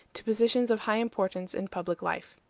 to positions of high importance in public life.